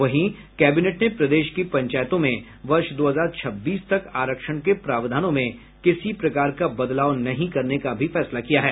वहीं कैबिनेट ने प्रदेश की पंचायतों में वर्ष दो हजार छब्बीस तक आरक्षण के प्रावधानों में किसी प्रकार का बदलाव नहीं करने का भी फैसला किया है